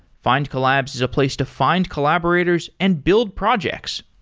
findcollabs is a place to find collaborators and build projects,